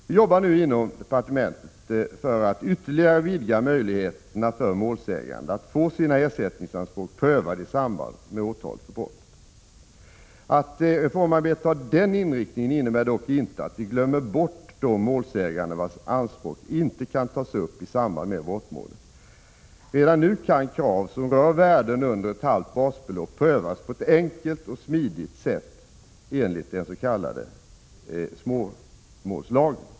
Vi jobbar nu inom departementet för att ytterligare vidga möjligheterna för målsägande att få sina ersättningsanspråk prövade i samband med åtal för brott. Detta innebär dock inte att vi glömmer bort de målsägande vilkas anspråk inte kan tas upp i samband med brottmål. Redan nu kan krav som rör värden under ett halvt basbelopp prövas på ett enkelt och smidigt sätt enligt den s.k. småmålslagen.